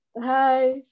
Hi